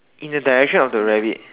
in the direction of the rabbit